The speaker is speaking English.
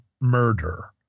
murder